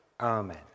Amen